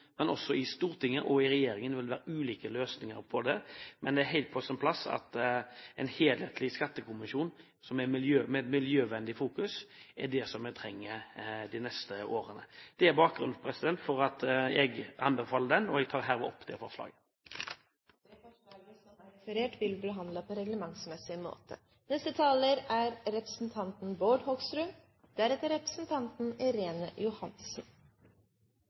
i en kommisjon, som i Stortinget og i regjeringen, vil være ulike løsninger på det. Men det er helt på sin plass at en helhetlig skattekommisjon, med et miljøvennlig fokus, er det vi trenger de neste årene. Det er bakgrunnen for at jeg anbefaler dette. Jeg tar opp